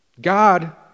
God